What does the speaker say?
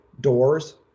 doors